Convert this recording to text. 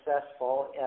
successful